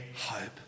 hope